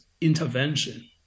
intervention